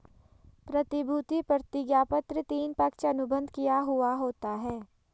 प्रतिभूति प्रतिज्ञापत्र तीन, पक्ष अनुबंध किया हुवा होता है